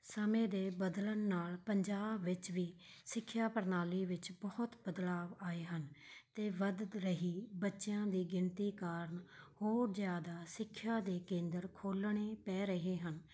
ਸਮੇਂ ਦੇ ਬਦਲਣ ਨਾਲ਼ ਪੰਜਾਬ ਵਿੱਚ ਵੀ ਸਿੱਖਿਆ ਪ੍ਰਣਾਲੀ ਵਿੱਚ ਬਹੁਤ ਬਦਲਾਵ ਆਏ ਹਨ ਅਤੇ ਵੱਧ ਰਹੀ ਬੱਚਿਆਂ ਦੀ ਗਿਣਤੀ ਕਾਰਨ ਹੋਰ ਜ਼ਿਆਦਾ ਸਿੱਖਿਆ ਦੇ ਕੇਂਦਰ ਖੋਲਣੇ ਪੈ ਰਹੇ ਹਨ